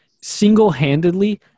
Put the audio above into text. single-handedly